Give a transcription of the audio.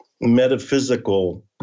metaphysical